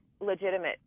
legitimate